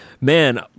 Man